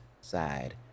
side